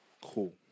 Cool